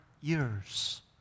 years